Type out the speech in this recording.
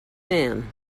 man